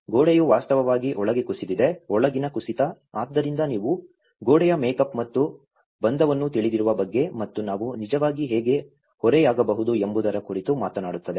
ಗೋಡೆಯು ವಾಸ್ತವವಾಗಿ ಒಳಗೆ ಕುಸಿದಿದೆ ಒಳಗಿನ ಕುಸಿತ ಆದ್ದರಿಂದ ನೀವು ಗೋಡೆಯ ಮೇಕ್ಅಪ್ ಮತ್ತು ಬಂಧವನ್ನು ತಿಳಿದಿರುವ ಬಗ್ಗೆ ಮತ್ತು ನಾವು ನಿಜವಾಗಿ ಹೇಗೆ ಓರೆಯಾಗಬಹುದು ಎಂಬುದರ ಕುರಿತು ಮಾತನಾಡುತ್ತದೆ